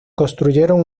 construyeron